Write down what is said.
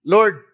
Lord